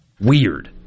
Weird